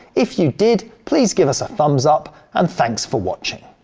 if you did please give us a thumbs up and thanks for watching.